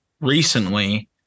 recently